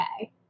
okay